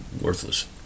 worthless